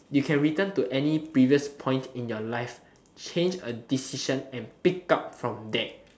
you can return to any previous point in your life change a decision and pick up from there